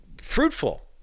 fruitful